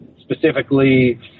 specifically